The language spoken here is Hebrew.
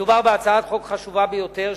מדובר בהצעת חוק חשובה ביותר,